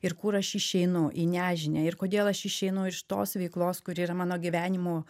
ir kur aš išeinu į nežinią ir kodėl aš išeinu iš tos veiklos kuri yra mano gyvenimo